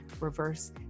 reverse